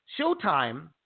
Showtime